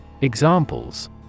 Examples